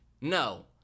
No